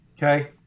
Okay